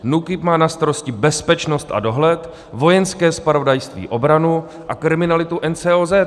NÚKIB má na starosti bezpečnost a dohled, Vojenské zpravodajství obranu a kriminalitu má NCOZ.